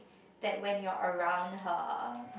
that when you are around her